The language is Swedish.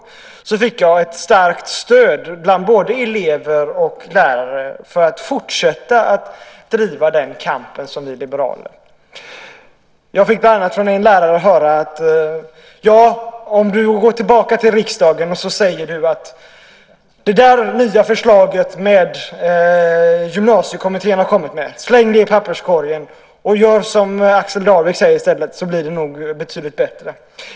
Jag fick ett starkt stöd bland både elever och lärare för att fortsätta att driva den kamp som vi liberaler driver. Jag fick bland annat från en lärare höra: När du går tillbaka till riksdagen säg att de ska slänga det nya förslag som Gymnasiekommittén har kommit med i papperskorgen och att de i stället ska göra som Axel Darvik säger, då blir det betydligt bättre.